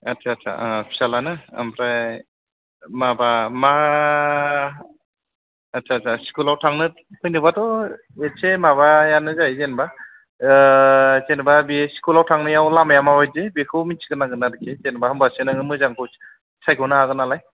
आदसा आदसा फिसालानो ओमफ्राय माबा मा आदसा आदसा स्कुलाव थांनो फैनोबाथ' इसे माबायानो जायो जेनबा जेन'बा बे स्कुलाव थांनायाव लामाया माबायदि बेखौ मिथिग्रोनांगोन आरखि जेन'बा होमबासो नोङो मोजांखौ सायख'नो हागोन नालाय